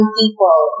people